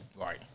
Right